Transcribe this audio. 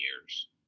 years